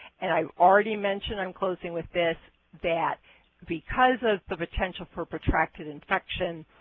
and i already mentioned i'm closing with this that because of the potential for protracted infection,